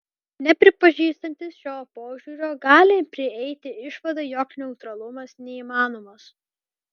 nepripažįstantys šio požiūrio gali prieiti išvadą jog neutralumas neįmanomas